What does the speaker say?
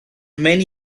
many